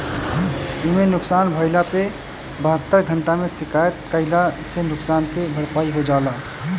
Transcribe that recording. इमे नुकसान भइला पे बहत्तर घंटा में शिकायत कईला से नुकसान के भरपाई हो जाला